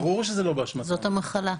זאת המחלה.